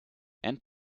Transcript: and